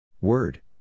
Word